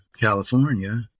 california